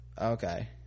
Okay